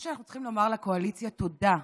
מה שאנחנו צריכים לומר לקואליציה, תודה.